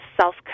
self